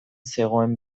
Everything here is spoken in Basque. zegoen